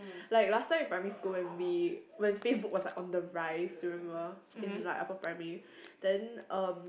like last time in primary school when we when Facebook was like on the rise remember in like upper primary then um